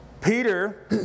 Peter